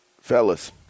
Fellas